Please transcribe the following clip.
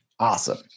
Awesome